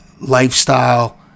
lifestyle